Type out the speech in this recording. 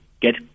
get